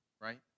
right